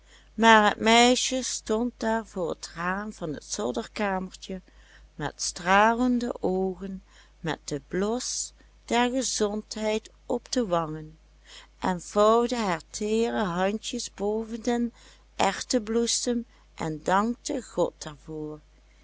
maar het meisje stond daar voor het raam van het zolderkamertje met stralende oogen met den blos der gezondheid op de wangen en vouwde haar teere handjes boven den erwtenbloesem en dankte god